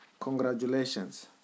Congratulations